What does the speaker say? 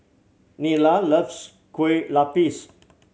Nyla loves Kueh Lapis